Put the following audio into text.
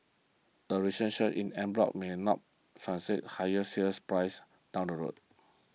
the recent surge in en bloc may or not fancy higher sale prices down the road